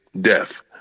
death